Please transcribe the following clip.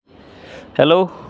hello